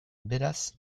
beraz